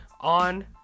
on